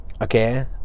okay